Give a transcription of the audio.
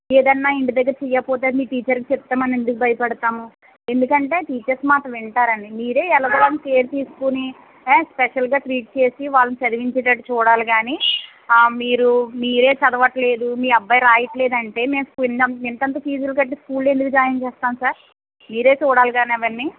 ఏదైనా ఇంటి దగ్గర చెయ్యకపోతే మీ టీచర్కి చెప్తామని ఎందుకు భయపెడతాము ఎందుకంటే టీచర్స్ మాట వింటారని మీరే ఎలాగోలా కేర్ తీసుకుని స్పెషల్గా ట్రీట్ చేసి వాళ్ళని చదివించేటట్టు చూడాలి కాని మీరు మీరే చదవడం లేదు మీ అబ్బాయి రాయడం లేదంటే మేము ఇం ఇంతంత ఫీజులు కట్టి స్కూల్లో ఎందుకు జాయిన్ చేస్తాము సార్ మీరే చూడాలి కానీ అవన్నీ